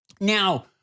Now